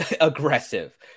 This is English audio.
aggressive